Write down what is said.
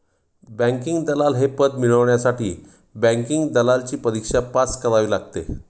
banking दलाल हे पद मिळवण्यासाठी बँकिंग दलालची परीक्षा पास करावी लागते